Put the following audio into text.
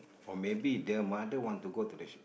or maybe their mother want to go to the sh~